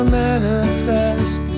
manifest